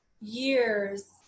years